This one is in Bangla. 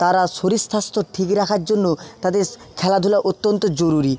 তারা শরীস স্বাস্থ্য ঠিক রাখার জন্য তাদেস খেলাধুলা অত্যন্ত জরুরি